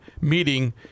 meeting